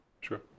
Sure